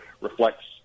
reflects